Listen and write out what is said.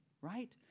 right